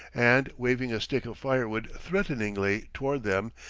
and, waving a stick of firewood threateningly toward them,